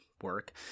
work